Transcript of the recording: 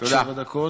עד שבע דקות.